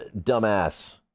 dumbass